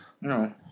No